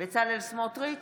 בצלאל סמוטריץ'